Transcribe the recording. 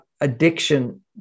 addiction